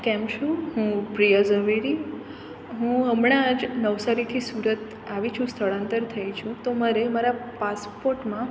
કેમ છો હું પ્રિયા ઝવેરી હું હમણાં જ નવસારીથી સુરત આવી છું સ્થળાંતર થઈ છું તો મારે મારા પસપોર્ટમાં